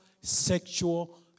sexual